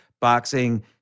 boxing